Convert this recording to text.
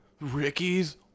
Ricky's